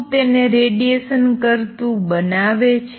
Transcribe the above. શું તેને રેડિએશનકરતું બનાવે છે